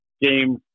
game